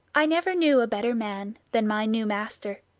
i never knew a better man than my new master.